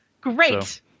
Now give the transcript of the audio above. Great